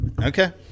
Okay